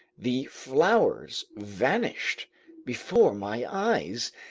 the flowers vanished before my eyes,